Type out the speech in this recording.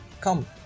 come